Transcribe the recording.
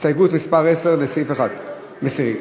הסתייגות מס' 10 לסעיף 1. אנחנו מסירים.